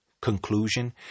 conclusion